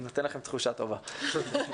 נאמר כאן על הדרך משהו שגם תהלה דיברה על זה וגם אני.